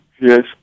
Yes